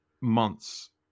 months